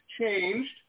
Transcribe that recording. changed